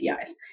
APIs